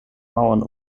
mauern